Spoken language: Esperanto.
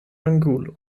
angulo